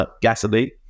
gasoline